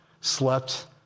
slept